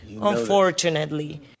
unfortunately